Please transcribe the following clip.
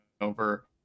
over